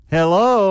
Hello